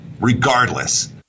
regardless